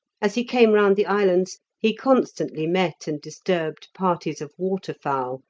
as he came round the islands he constantly met and disturbed parties of waterfowl,